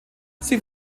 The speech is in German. sie